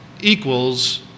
equals